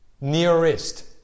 nearest